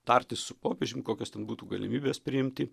tartis su popiežium kokios ten būtų galimybės priimti